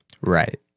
Right